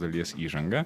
dalies įžangą